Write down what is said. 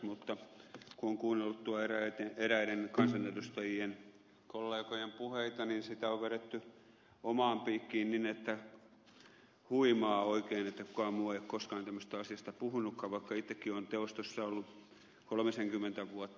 mutta kun on kuunnellut eräiden kansanedustajien kollegojen puheita niin sitä on vedetty omaan piikkiin niin että huimaa oikein että kukaan muu ei ole koskaan tämmöisestä asiasta puhunutkaan vaikka itsekin olen teostossa ollut kolmisenkymmentä vuotta